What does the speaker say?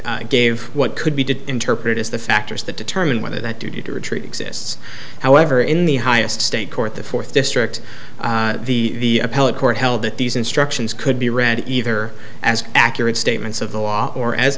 then gave what could be to interpret is the factors that determine whether that duty to retreat exists however in the highest state court the fourth district the appellate court held that these instructions could be read either as accurate statements of the law or as